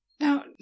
Now